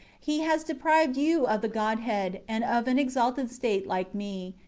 he has deprived you of the godhead, and of an exalted state like me,